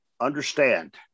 understand